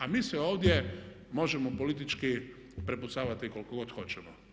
A mi se ovdje možemo politički prepucavati koliko god hoćemo.